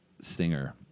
singer